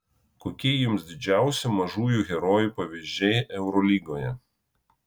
kokie jums didžiausi mažųjų herojų pavyzdžiai eurolygoje